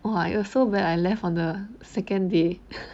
!wah! you so bad I left for the secondary